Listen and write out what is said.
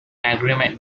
agreement